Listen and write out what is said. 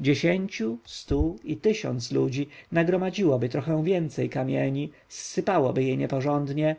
dziesięciu stu i tysiąc ludzi nagromadziłoby trochę więcej kamieni zsypałoby je nieporządnie